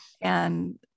and-